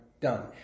done